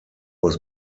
was